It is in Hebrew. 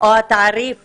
או התעריף